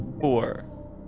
four